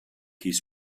his